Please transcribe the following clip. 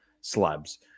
slabs